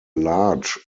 large